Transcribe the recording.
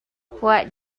what